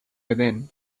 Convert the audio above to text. within